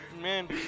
Man